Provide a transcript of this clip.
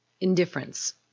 indifference